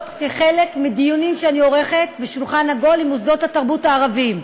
כחלק מדיונים שאני עורכת בשולחן עגול עם מוסדות התרבות הערביים.